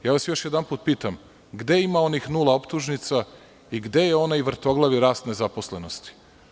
Još jedanput vas pitam – gde ima onih nula optužnica i gde je onaj vrtoglavi rast nezaposlenosti.